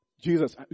Jesus